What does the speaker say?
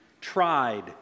Tried